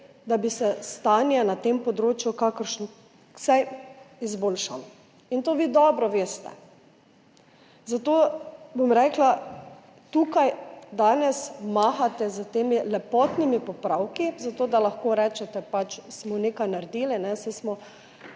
da bi se stanje na tem področju vsaj izboljšalo. To vi dobro veste, zato tukaj danes mahate s temi lepotnimi popravki, zato da lahko rečete, pač smo nekaj naredili, saj smo